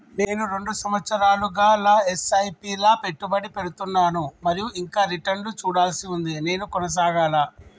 నేను రెండు సంవత్సరాలుగా ల ఎస్.ఐ.పి లా పెట్టుబడి పెడుతున్నాను మరియు ఇంకా రిటర్న్ లు చూడాల్సి ఉంది నేను కొనసాగాలా?